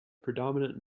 predominant